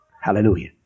Hallelujah